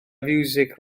fiwsig